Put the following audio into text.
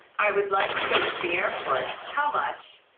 i would like to go to the airport. how much?